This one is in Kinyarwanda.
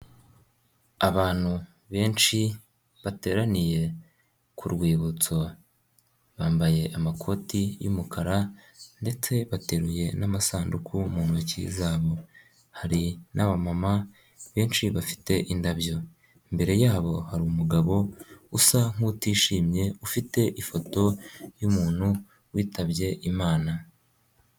Abantu benshi bateraniye ku Rwibutso, bambaye amakoti y'umukara ndetse bateruye n'amasanduku mu ntoki zabo, hari n'abamama benshi bafite indabyo, imbere yabo hari umugabo usa nk'utishimye ufite ifoto y'umuntu witabye Imana.